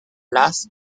haz